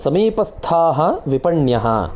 समीपस्थाः विपण्यः